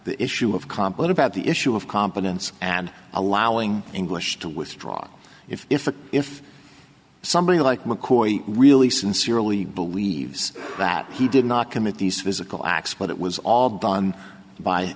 the issue of what about the issue of competence and allowing english to withdraw if the if somebody like mccoy really sincerely believes that he did not commit these physical acts but it was all done by